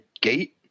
gate